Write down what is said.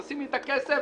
רק תשמי את הכסף.